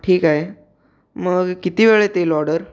ठीक आहे मग किती वेळेत येईल ऑर्डर